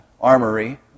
armory